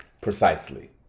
Precisely